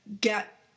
get